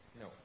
No